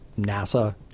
NASA